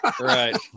right